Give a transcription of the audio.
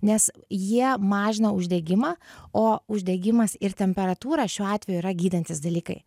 nes jie mažina uždegimą o uždegimas ir temperatūra šiuo atveju yra gydantys dalykai